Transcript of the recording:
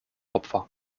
opfer